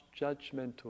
judgmental